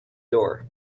door